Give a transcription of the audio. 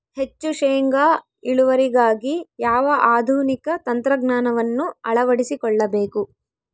ಹೆಚ್ಚು ಶೇಂಗಾ ಇಳುವರಿಗಾಗಿ ಯಾವ ಆಧುನಿಕ ತಂತ್ರಜ್ಞಾನವನ್ನು ಅಳವಡಿಸಿಕೊಳ್ಳಬೇಕು?